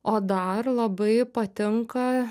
o dar labai patinka